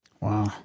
Wow